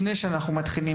אז לפני שאנחנו מתחילים,